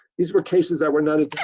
these were cases that were not.